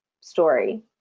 story